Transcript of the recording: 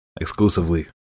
exclusively